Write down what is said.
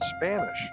Spanish